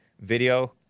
video